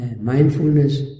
Mindfulness